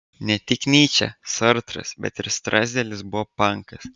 ne tik nyčė sartras bet ir strazdelis buvo pankas